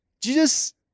Jesus